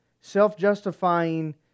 self-justifying